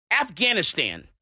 Afghanistan